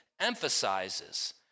emphasizes